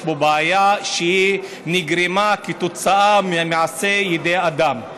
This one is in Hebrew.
יש בו בעיה שנגרמה כתוצאה ממעשי ידי אדם.